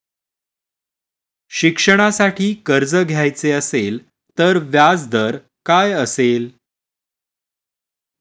शिक्षणासाठी कर्ज घ्यायचे असेल तर व्याजदर काय असेल?